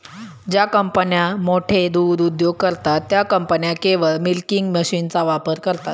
ज्या कंपन्या मोठे दूध उद्योग करतात, त्या कंपन्या केवळ मिल्किंग मशीनचा वापर करतात